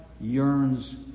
yearns